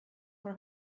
for